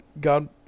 God